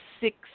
six